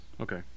okay